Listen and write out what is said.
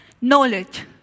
Knowledge